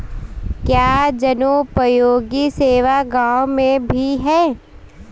क्या जनोपयोगी सेवा गाँव में भी है?